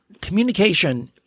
communication